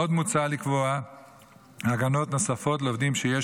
עוד מוצע לקבוע הגנות נוספות לעובדים שיש